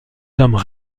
hommes